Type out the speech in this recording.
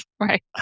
Right